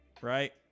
Right